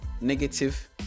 negative